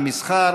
המסחר,